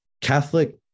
Catholic